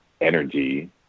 energy